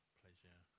pleasure